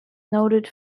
noted